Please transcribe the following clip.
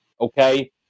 okay